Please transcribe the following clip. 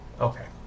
Okay